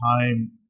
time